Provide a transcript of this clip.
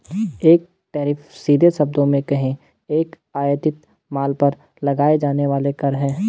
एक टैरिफ, सीधे शब्दों में कहें, एक आयातित माल पर लगाया जाने वाला कर है